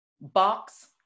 Box